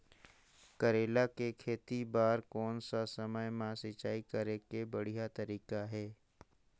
करेला के खेती बार कोन सा समय मां सिंचाई करे के बढ़िया तारीक हे?